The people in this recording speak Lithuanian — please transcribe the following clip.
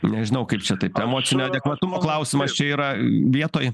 nežinau kaip čia tai emocinio adekvatumo klausimas čia yra vietoj